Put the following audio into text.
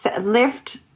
lift